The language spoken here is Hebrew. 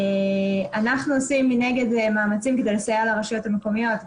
אנחנו מנגד עושים מאמצים כדי לסייע לרשויות המקומיות.